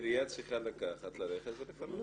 עירייה צריכה לקחת, ללכת ולפרק את זה.